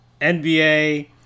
NBA